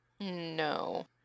no